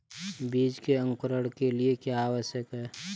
बीज के अंकुरण के लिए क्या आवश्यक है?